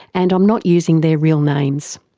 and i'm not using their real names.